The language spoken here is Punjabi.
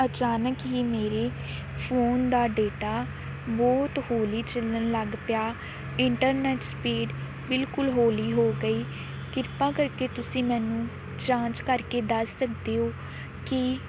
ਅਚਾਨਕ ਹੀ ਮੇਰੇ ਫੋਨ ਦਾ ਡੇਟਾ ਬਹੁਤ ਹੌਲੀ ਚੱਲਣ ਲੱਗ ਪਿਆ ਇੰਟਰਨੈਟ ਸਪੀਡ ਬਿਲਕੁਲ ਹੌਲੀ ਹੋ ਗਈ ਕਿਰਪਾ ਕਰਕੇ ਤੁਸੀਂ ਮੈਨੂੰ ਜਾਂਚ ਕਰਕੇ ਦੱਸ ਸਕਦੇ ਹੋ ਕਿ